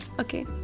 Okay